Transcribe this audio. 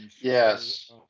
yes